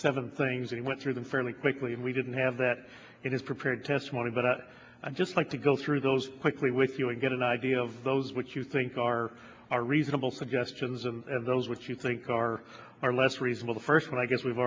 seven things he went through them fairly quickly and we didn't have that in his prepared testimony but i'd just like to go through those quickly with you and get an idea of those which you think are are reasonable suggestions and those which you think are are less reasonable the first one i guess we've